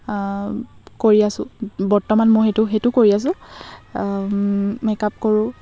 কৰি আছো বৰ্তমান মই সেইটো সেইটো কৰি আছো মেকআপ কৰোঁ